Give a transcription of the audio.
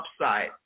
upside